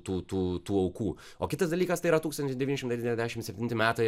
tų tų tų aukų o kitas dalykas tai yra tūkstantis devyni šimtai devyniasdešim septinti metai